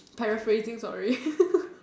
paraphrasing sorry